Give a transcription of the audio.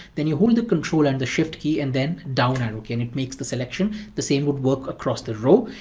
then you hold the control and the shift key and then down arrow key and it makes the selection. the same would work across the row.